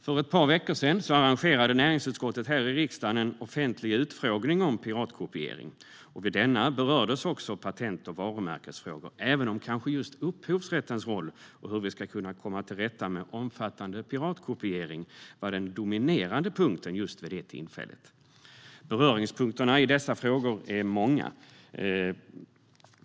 För ett par veckor sedan arrangerade näringsutskottet här i riksdagen en offentlig utfrågning om piratkopiering. Vid denna berördes också patent och varumärkesfrågor, även om upphovsrättens roll och hur vi ska kunna komma till rätta med omfattande piratkopiering var den dominerande punkten vid just det tillfället. Beröringspunkterna i dessa frågor är många.